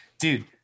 dude